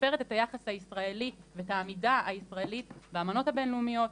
שמשפרת את היחס הישראלי ואת העמידה הישראלית באמנות הבין-לאומיות,